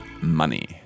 Money